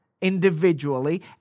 individually